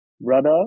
brother